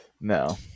No